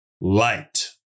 light